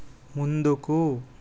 ముందుకు